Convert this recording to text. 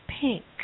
pink